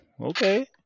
Okay